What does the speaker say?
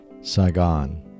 Saigon